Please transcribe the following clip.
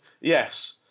Yes